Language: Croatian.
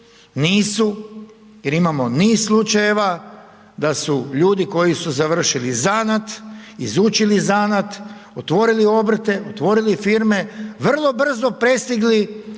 nisu jer imamo niz slučajeva da su ljudi koji su završili zanat, izučili zanat, otvorili obrte, otvorili firme, vrlo brzo prestigli u